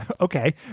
Okay